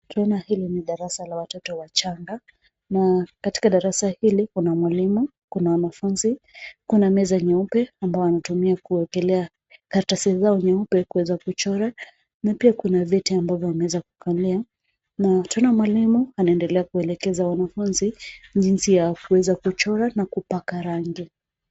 Tunaona hili ni darasa la watoto wachanga na katika darasa hili kuna mwalimu, kuna wanafunzi, kuna meza nyeupe ambao wanatumia kuekelea karatasi zao nyeupe kuweza kuchora na pia kuna viti ambavyo wameweza kukalia. Na tunaona mwalimu anaendelea kuelekeza wanafunzi jinsi ya kuweza kuchora na kupaka rangi.